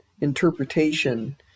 interpretation